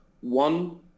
One